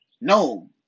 No